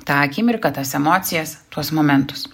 tą akimirką tas emocijas tuos momentus